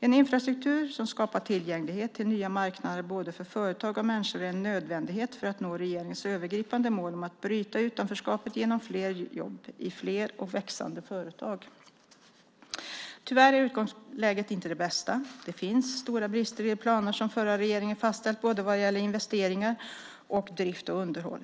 En infrastruktur som skapar tillgänglighet till nya marknader för både företag och människor är en nödvändighet för att nå regeringens övergripande mål om att bryta utanförskapet genom fler jobb i fler och växande företag. Tyvärr är utgångsläget inte det bästa. Det finns stora brister i de planer som den förra regeringen fastställt vad gäller såväl investeringar som drift och underhåll.